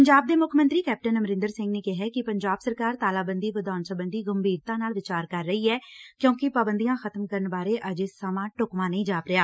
ਪੰਜਾਬ ਦੇ ਮੁੱਖ ਮੰਤਰੀ ਕੈਪਟਨ ਅਮਰਿੰਦਰ ਸਿੰਘ ਨੇ ਕਿਹੈ ਕਿ ਪੰਜਾਬ ਸਰਕਾਰ ਤਾਲਾਬੰਦੀ ਵਧਾਉਣ ਸਬੰਧੀ ਗੰਭੀਰਤਾ ਨਾਲ ਵਿਚਾਰ ਕਰ ਰਹੀ ਐ ਕਿਉਂਕਿ ਪਾਬੰਦੀਆਂ ਖਤਮ ਕਰਨ ਬਾਰੇ ਅਜੇ ਸਮਾਂ ਢੁਕਵਾਂ ਨਹੀ ਜਾਪ ਰਿਹਾ